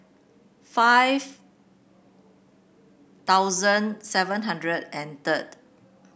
five thousand seven hundred and third